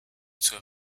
zur